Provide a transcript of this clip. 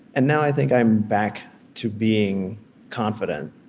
and now i think i'm back to being confident.